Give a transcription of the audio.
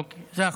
אוקיי, זה החוק.